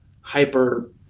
hyper